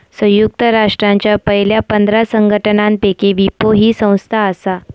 संयुक्त राष्ट्रांच्या पयल्या पंधरा संघटनांपैकी विपो ही संस्था आसा